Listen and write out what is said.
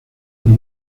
por